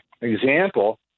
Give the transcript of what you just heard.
example